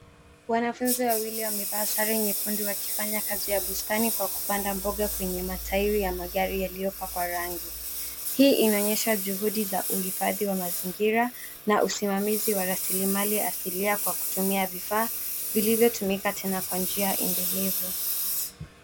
Wanafunzi wawili wamevaa sare nyekundu wakifanya kazi ya bustani kwa kupanda mboga kwenye matairi ya magari yaliyopakwa rangi. Hii inaonyesha juhudi za uhifadhi wa mazingira na usimamizi wa rasilimali asilia kwa kutumia vifaa vilivyotumika tena kwa njia endelevu.